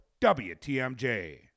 WTMJ